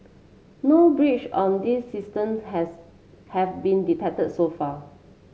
no breach on these systems has have been detected so far